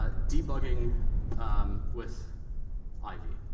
ah debugging with ivy.